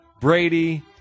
Brady